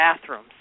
bathrooms